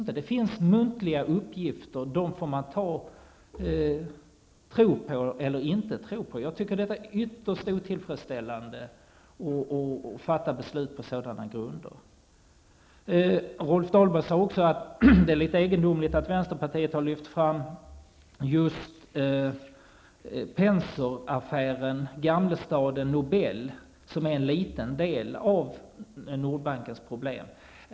I stället föreligger det muntliga uppgifter som man får tro på eller inte. Jag tycker det är ytterst otillfredsställande att fatta beslut på en sådan grund. Rolf Dahlberg sade också att det är egendomligt att vänsterpartiet har lyft fram just Penser-affären, Nordbankens problem.